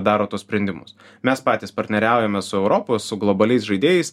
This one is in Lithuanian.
daro tuos sprendimus mes patys partneriaujame su europa su globaliais žaidėjais